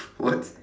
what